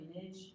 image